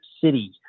City